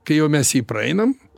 kai jau mes jį praeinam